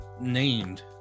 named